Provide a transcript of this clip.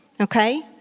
Okay